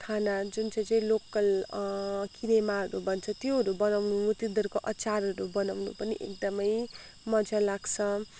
खाना जुन चाहिँ चाहिँ लोकल किनेमाहरू भन्छ त्योहरू बनाउनु तिँदरको अचारहरू बनाउनु पनि एकदमै मज्जा लाग्छ